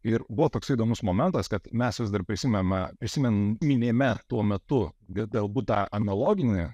ir buvo toks įdomus momentas kad mes vis dar prisimename prisiminėme tuo metu galbūt tą analoginę